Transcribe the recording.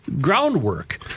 groundwork